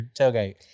tailgate